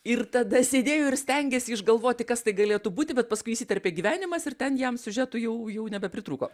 ir tada sėdėjo ir stengės išgalvoti kas tai galėtų būti bet paskui įsiterpė gyvenimas ir ten jam siužetų jau jau nebepritrūko